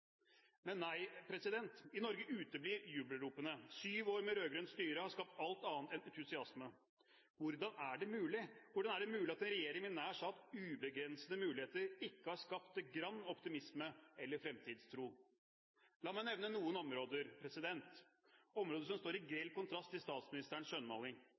Men, nei, i Norge uteblir jubelropene. Syv år med rød-grønt styre har skapt alt annet enn entusiasme. Hvordan er det mulig? Hvordan er det mulig at en regjering med nær sagt ubegrensede muligheter ikke har skapt det grann optimisme eller fremtidstro? La meg nevne noen områder, områder som står i grell kontrast til statsministerens skjønnmaling.